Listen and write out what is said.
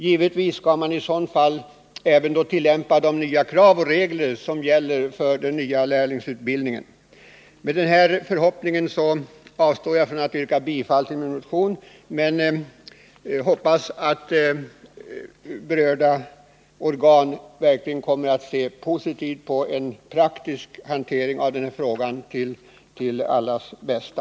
Givetvis skall man i så fall även tillämpa de nya krav och regler som gäller för den nya lärlingsutbildningen. Med denna förhoppning avstår jag från att yrka bifall till min motion. Men jag förutsätter att berörda organ verkligen kommer att se positivt på en praktisk hantering av den här frågan till allas bästa.